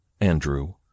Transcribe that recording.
Andrew